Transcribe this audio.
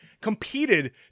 competed